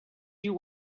you